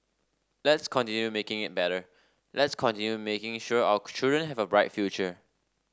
let's continue making it better let's continue making sure our children have a bright future